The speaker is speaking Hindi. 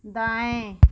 दाएँ